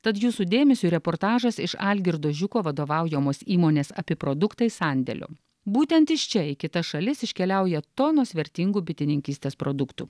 tad jūsų dėmesiui reportažas iš algirdo žiūko vadovaujamos įmonės api produktai sandėlio būtent iš čia į kitas šalis iškeliauja tonos vertingų bitininkystės produktų